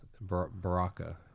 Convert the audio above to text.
Baraka